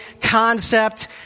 concept